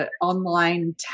online